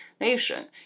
Nation